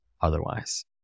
Otherwise